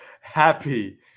happy